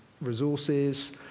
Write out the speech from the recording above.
resources